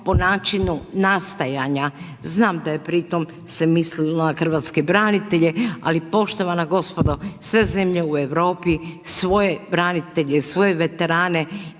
po načinu nastajanja, znam da je pritom se mislilo na hrvatske branitelje ali poštovana gospodo, sve zemlje u Europi svoje branitelje, svoje veterane